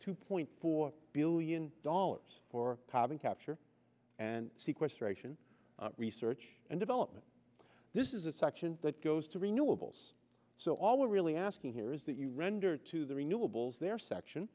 two point four billion dollars for having capture and sequestration research and development this is a section that goes to renewables so all we're really asking here is that you render to the renewables their section